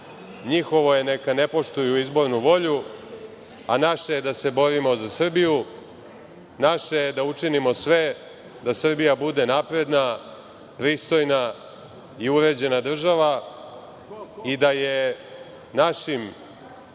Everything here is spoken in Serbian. njihovo je neka ne poštuju izbornu volju, a naše je da se borimo za Srbiju, naše je da učimo sve da Srbija bude napredna, pristojna i uređena država i da je našim